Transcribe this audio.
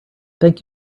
thank